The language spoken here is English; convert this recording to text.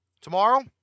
tomorrow